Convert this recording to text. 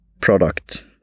product